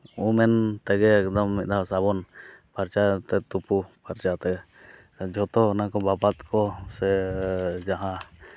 ᱩᱢᱮᱱ ᱛᱮᱜᱮ ᱢᱤᱫ ᱫᱷᱟᱣ ᱥᱟᱵᱚᱱ ᱯᱷᱟᱨᱪᱟ ᱠᱟᱛᱮᱫ ᱛᱩᱯᱩ ᱯᱷᱟᱨᱪᱟ ᱠᱟᱛᱮᱫ ᱡᱚᱛᱚ ᱚᱱᱟ ᱠᱚ ᱵᱟᱵᱟᱫ ᱠᱚ ᱥᱮ ᱡᱟᱦᱟᱸ